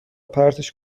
پرتش